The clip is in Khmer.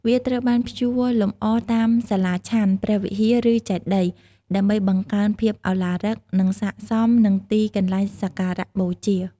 វាត្រូវបានព្យួរលម្អតាមសាលាឆាន់ ព្រះវិហារ ឬចេតិយ ដើម្បីបង្កើនភាពឱឡារិក និងស័ក្តិសមនឹងទីកន្លែងសក្ការៈបូជា។